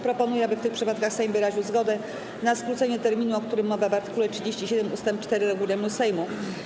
Proponuję, aby w tych przypadkach Sejm wyraził zgodę na skrócenie terminu, o którym mowa w art. 37 ust. 4 regulaminu Sejmu.